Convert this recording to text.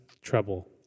treble